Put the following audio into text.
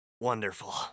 Wonderful